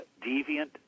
deviant